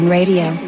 Radio